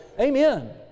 Amen